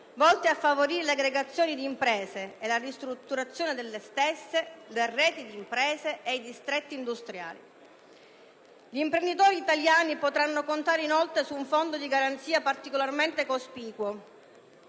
volte a favorire le aggregazioni di imprese e la ristrutturazione delle stesse, le reti di imprese e i distretti industriali. Gli imprenditori italiani potranno contare, inoltre, su un Fondo di garanzia particolarmente cospicuo.